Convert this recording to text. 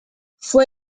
fue